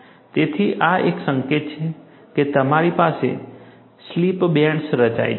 તેથી આ એક સંકેત છે કે તમારી પાસે સ્લિપ બેન્ડ્સ રચાય છે